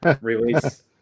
release